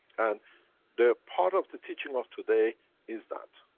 and the part of the teaching of today is that.